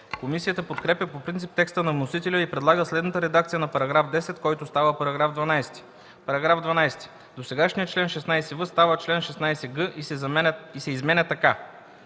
Комисията подкрепя по принцип текста на вносителя и предлага следната редакция на § 10, който става § 12: „§ 12. Досегашният чл. 16в става чл. 16г и се изменя така: